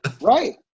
Right